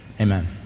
amen